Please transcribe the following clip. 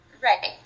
Right